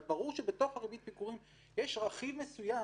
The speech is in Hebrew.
אבל ברור שבתוך ריבית הפיגורים יש רכיב מסוים